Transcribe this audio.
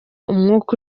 umwuka